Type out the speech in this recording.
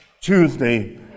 Tuesday